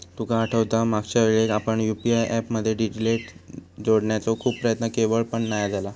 तुका आठवता मागच्यावेळेक आपण यु.पी.आय ऍप मध्ये डिटेल जोडण्याचो खूप प्रयत्न केवल पण नाय झाला